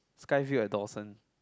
sky view at Dorsett